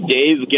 Dave